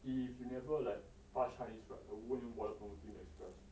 if you never like pass chinese right I wouldn't even bother promoting you to express